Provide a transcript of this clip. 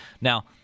Now